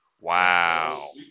Wow